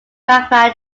magma